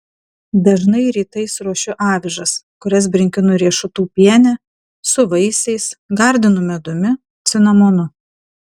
dažnai rytais ruošiu avižas kurias brinkinu riešutų piene su vaisiais gardinu medumi cinamonu